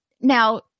Now